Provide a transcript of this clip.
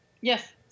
Yes